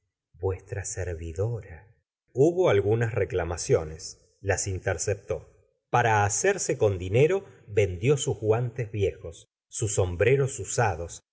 vuestra servidora hubo algunas reclamaciones las interceptó para hacerse con dinero vendió sus guantes viejos sus sombreros usados